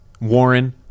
warren